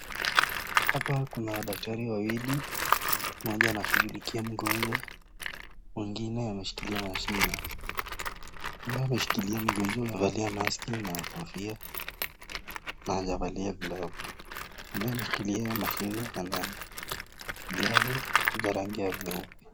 Hapa kuna daktari wawili, mmoja anashughulikia mgonjwa mwingine anashikilia mashine. Ambaye ameshikilia mgonjwa amevalia maski na kofia na hajavalia glovu, ambaye ameshikilia mashine ana glavu za rangi ya buluu.